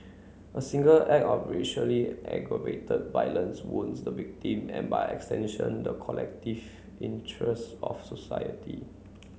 a single act of racially aggravated violence wounds the victim and by extension the collective interest of society